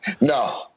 No